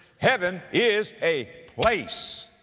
heaven is a place,